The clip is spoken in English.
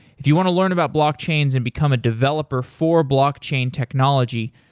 if you want to learn about block chains and become a developer for block chain technology,